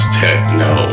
techno